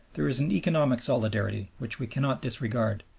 there is an economic solidarity which we cannot disregard.